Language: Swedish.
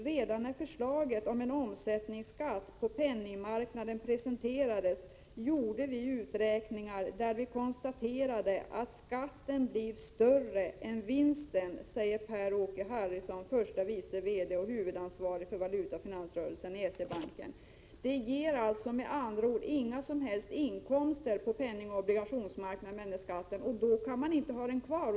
”Redan när förslaget om en omsättningsskatt på penningmarknaden presenterades, gjorde vi uträkningar där vi konstaterade att skatten blir större än vinsten”, säger Per Åke Harrison, förste vice VD och huvudansvarig för valutaoch finansrörelsen i S-E-Banken.” Skatten leder alltså till att det inte blir några som helst vinster på penning och obligationsmarknaden. Då kan vi inte ha den kvar.